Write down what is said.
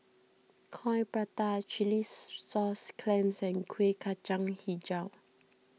Coin Prata Chilli Sauce Clams and Kueh Kacang HiJau